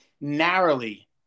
narrowly